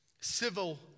civil